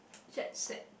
jet set